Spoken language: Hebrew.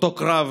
אותו קרב